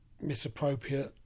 misappropriate